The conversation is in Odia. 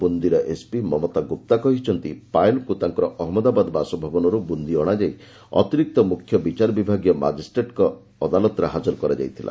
ବୁନ୍ଦିର ଏସ୍ପି ମମତା ଗୁପ୍ତା କହିଛନ୍ତି ପାୟଲଙ୍କୁ ତାଙ୍କର ଅହମ୍ମଦାବାଦ ବାସଭବନରୁ ବୁନ୍ଦି ଅଣାଯାଇ ଅତିରିକ୍ତ ମୁଖ୍ୟ ବିଚାରବିଭାଗୀୟ ମାଜିଷ୍ଟ୍ରେଟଙ୍କ ଅଦାଲତରେ ହାଜର କରାଯାଇଥିଲା